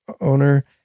owner